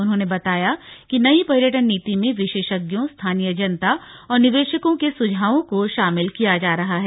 उन्होंने बताया कि नई पर्यटन नीति में विशेषज्ञों स्थानीय जनता और निवेशकों के सुझावों को शामिल किया जा रहा है